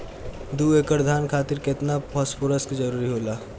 दु एकड़ धान खातिर केतना फास्फोरस के जरूरी होला?